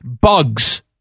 bugs